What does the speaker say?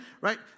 right